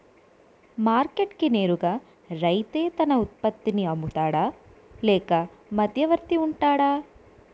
Market కి నేరుగా రైతే తన ఉత్పత్తి నీ అమ్ముతాడ లేక మధ్యవర్తి వుంటాడా?